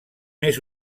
més